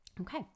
okay